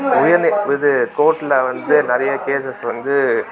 இது கோர்ட்டில் வந்து நிறைய கேஸஸ் வந்து